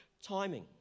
Timing